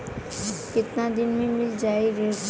कितना दिन में मील जाई ऋण?